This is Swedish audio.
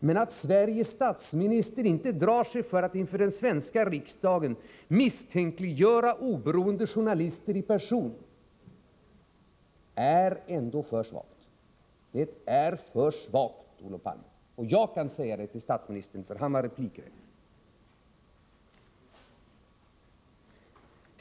Men att Sveriges statsminister inte drar sig för att inför den svenska riksdagen misstänkliggöra oberoende journalister i personangrepp är ändå för svagt. Det är för svagt, Olof Palme! Och jag kan säga det till statsministern, för han har replikrätt.